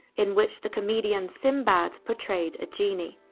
in which the comedian sinbad portrayed a genie.